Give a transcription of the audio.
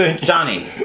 Johnny